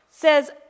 says